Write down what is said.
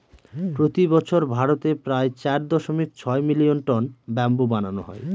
প্রতি বছর ভারতে প্রায় চার দশমিক ছয় মিলিয়ন টন ব্যাম্বু বানানো হয়